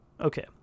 Okay